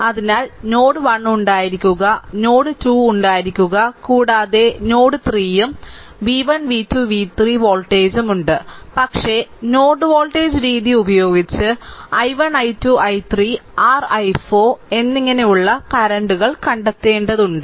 അതിനാൽ നോഡ് 1 ഉണ്ടായിരിക്കുക നോഡ്2 ഉണ്ടായിരിക്കുക കൂടാതെ നോഡ് 3 ഉം v 1 v 2 v 3 വോൾട്ടേജുകളും ഉണ്ട് പക്ഷേ നോഡ് വോൾട്ടേജ് രീതി ഉപയോഗിച്ച് i1 i 2 i3 r i4 എന്നിങ്ങനെയുള്ള കറന്റ് കണ്ടെത്തേണ്ടതുണ്ട്